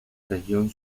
región